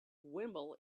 wimble